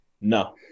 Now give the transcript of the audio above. No